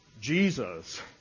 Jesus